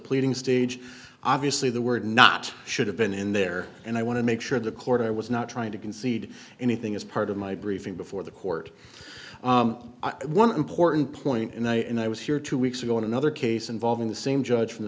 pleading stage obviously the word not should have been in there and i want to make sure the court i was not trying to concede anything as part of my briefing before the court one important point and i was here two weeks ago on another case involving the same judge from the